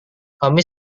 kami